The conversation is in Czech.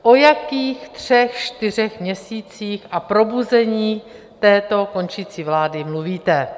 O jakých třech čtyřech měsících a probuzení této končící vlády mluvíte?